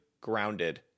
Grounded